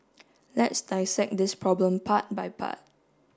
let's dissect this problem part by part